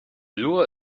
lure